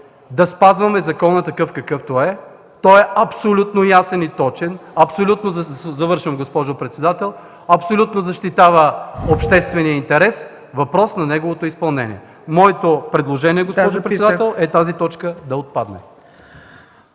да спазваме закона такъв, какъвто е. Той е абсолютно ясен и точен, абсолютно защитава обществения интерес – въпрос на неговото изпълнение. Моето предложение, госпожо председател, е тази точка да отпадне.